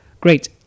great